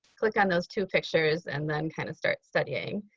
click on those two pictures and then kind of start studying.